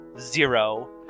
zero